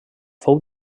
fou